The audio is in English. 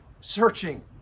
searching